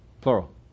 Plural